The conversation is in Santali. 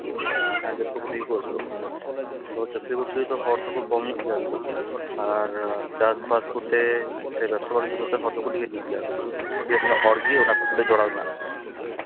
ᱦᱮᱸ ᱡᱚᱛᱚ ᱠᱚᱛᱮ ᱠᱚ ᱟᱹᱥᱩᱞᱚᱜ ᱠᱟᱱᱟ ᱟᱫᱚ ᱪᱟᱹᱠᱨᱤ ᱵᱟᱹᱠᱨᱤ ᱫᱚ ᱦᱚᱲ ᱫᱚᱠᱚ ᱠᱚᱢ ᱧᱚᱜ ᱜᱮᱭᱟ ᱠᱚ ᱟᱨ ᱪᱟᱥᱼᱵᱟᱥ ᱠᱚᱛᱮ ᱥᱮ ᱵᱮᱵᱽᱥᱟ ᱵᱟᱱᱤᱡᱡᱚ ᱠᱚᱛᱮ ᱦᱚᱲ ᱫᱚᱠᱚ ᱰᱷᱮᱨ ᱧᱚᱜ ᱜᱮᱭᱟ ᱠᱚ ᱰᱷᱮᱨ ᱧᱚᱜ ᱦᱚᱲᱜᱮ ᱚᱱᱟ ᱠᱚ ᱥᱟᱛᱮᱜ ᱡᱚᱲᱟᱣ ᱢᱮᱱᱟᱜ ᱠᱚᱣᱟ